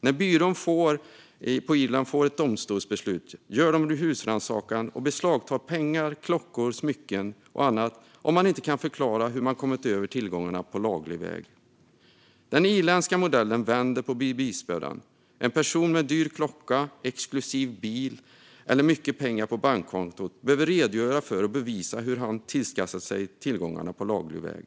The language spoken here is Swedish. När byrån på Irland får ett domstolsbeslut gör de en husrannsakan och beslagtar pengar, klockor, smycken och annat om man inte kan förklara hur man kommit över tillgångarna på laglig väg. Den irländska modellen vänder på bevisbördan. En person med dyr klocka, exklusiv bil eller mycket pengar på bankkontot behöver redogöra för och bevisa hur han har tillskansat sig tillgångarna på laglig väg.